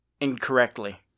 incorrectly